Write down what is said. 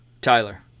Tyler